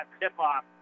tip-off